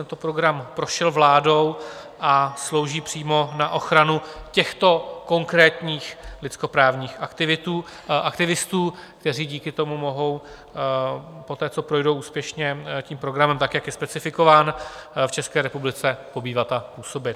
Tento program prošel vládou a slouží přímo na ochranu těchto konkrétních lidskoprávních aktivistů, kteří díky tomu mohou poté, co projdou úspěšně tím programem, jak je specifikován, v České republice pobývat a působit.